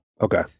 Okay